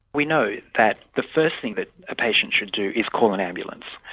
we know that the first thing that a patient should do is call an ambulance.